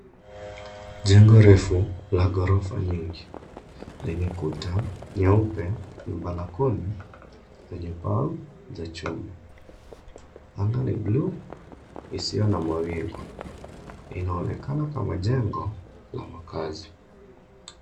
Jengo refu la ghorofa mingi lenye kuta nyeupe na balkoni lenye pau za chuma. Anga ni buluu isiyo na mawingu. Inaonekana kama jengo la makaazi.